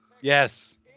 Yes